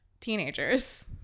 teenagers